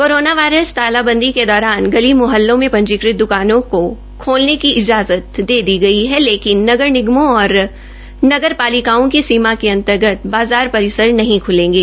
corona virus तालाबंदी के दौरान गली मुहल्लों में पंजीकृत दुकानों को खोलने की इंजाजत दे दी गई है परंतु नगर निगमों और नगर पालिकाओं की सीमा के अंतर्गत बाजार परिसर नहीं खुलेंगे